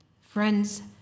Friends